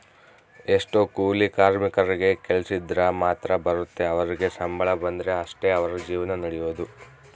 ಎಷ್ಟೊ ಕೂಲಿ ಕಾರ್ಮಿಕರಿಗೆ ಕೆಲ್ಸಿದ್ರ ಮಾತ್ರ ಬರುತ್ತೆ ಅವರಿಗೆ ಸಂಬಳ ಬಂದ್ರೆ ಅಷ್ಟೇ ಅವರ ಜೀವನ ನಡಿಯೊದು